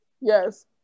Yes